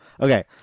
Okay